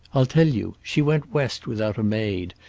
i'll tell you. she went west without a maid,